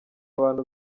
abantu